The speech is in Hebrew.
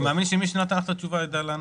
אני מאמין שמי שנתן לך את התשובה ידע לענות,